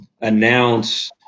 announce